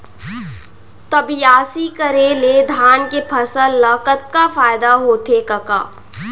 त बियासी करे ले धान के फसल ल कतका फायदा होथे कका?